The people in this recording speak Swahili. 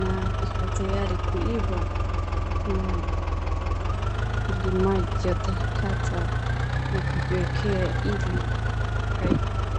na iko tayari kuiva, na mkulima ataikata na kujiwekea ili ikaive.